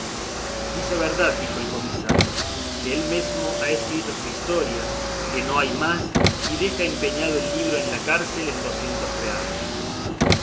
dice verdad dijo el comisario que él mesmo ha escrito su historia que no hay más y deja empeñado el libro en la cárcel en docientos reales